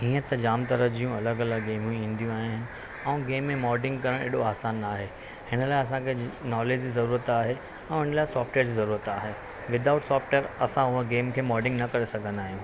हीअं त जाम तरह जूं अलॻि अलॻि गेमियूं ईंदियूं आहिनि ऐं गेम में मॉडिंग करणु एॾो आसान नाहे हिन लाइ असांखे नॉलेज़ जी ज़रूरत आहे ऐं हिन लाइ सॉफ्टवेयर जी ज़रूरत आहे विदाउट सॉफ्टवेयर असां हूअ गेम खे मॉडिंग न करे सघंदा आहियूं